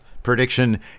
Prediction